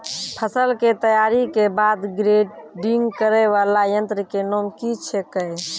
फसल के तैयारी के बाद ग्रेडिंग करै वाला यंत्र के नाम की छेकै?